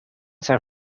san